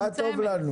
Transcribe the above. זה טוב לנו.